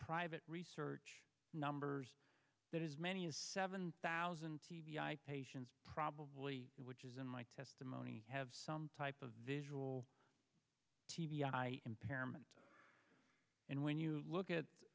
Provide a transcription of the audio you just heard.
private research numbers that as many as seven thousand t b i patients probably which is in my testimony have some type of visual t b i impairment and when you look at